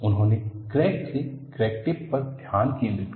उन्होंने क्रैक से crack tip पर ध्यान केंद्रित किया